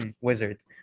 Wizards